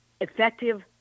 effective